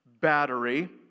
battery